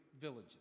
villages